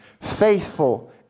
faithful